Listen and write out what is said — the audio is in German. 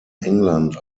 england